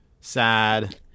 sad